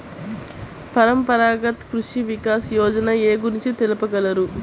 పరంపరాగత్ కృషి వికాస్ యోజన ఏ గురించి తెలుపగలరు?